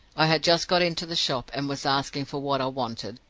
i had just got into the shop, and was asking for what i wanted,